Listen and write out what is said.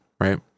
right